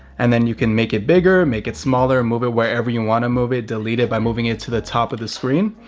and then you can make it bigger, make it smaller, and move it wherever you want to move it, delete it by moving it to the top of the screen.